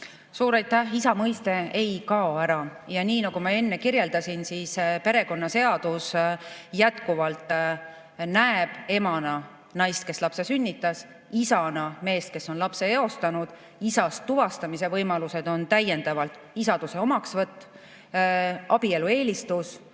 Suur aitäh! Isa mõiste ei kao ära. Nagu ma enne ütlesin, perekonnaseadus jätkuvalt näeb emana naist, kes lapse sünnitas, ja isana meest, kes on lapse eostanud. Isa tuvastamise võimalused on täiendavalt isaduse omaksvõtt, abielu eelistus